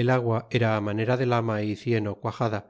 el agua era á manera de lama y cieno quaxada